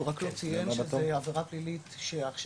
הוא רק לא ציין שזו עבירה פלילית ועכשיו